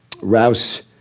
Rouse